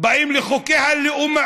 באים לחוק הלאום,